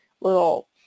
Little